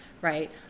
right